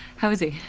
how is he?